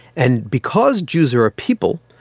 and because jews are a people,